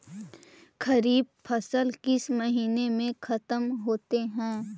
खरिफ फसल किस महीने में ख़त्म होते हैं?